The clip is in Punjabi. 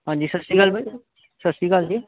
ਹਾਂਜੀ ਸਤਿ ਸ਼੍ਰੀ ਅਕਾਲ ਬਾਈ ਸਤਿ ਸ਼੍ਰੀ ਅਕਾਲ ਜੀ